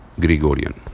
Gregorian